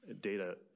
Data